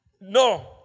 No